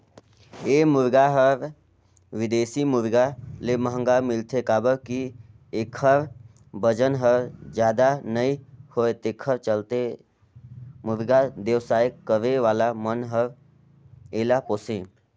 ए मुरगा हर बिदेशी मुरगा ले महंगा मिलथे काबर कि एखर बजन हर जादा नई होये तेखर चलते मुरगा बेवसाय करे वाला मन हर एला पोसे